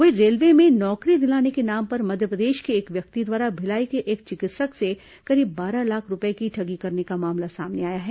वहीं रेलवे में नौकरी दिलाने के नाम पर मध्यप्रदेश के एक व्यक्ति द्वारा भिलाई के एक चिकित्सक से करीब बारह लाख रूपये की ठगी करने का मामला सामने आया है